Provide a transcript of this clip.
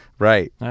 Right